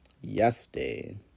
Yesterday